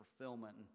fulfillment